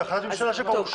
זו החלטת ממשלה שכבר אושרה.